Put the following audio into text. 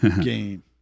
game